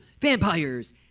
vampires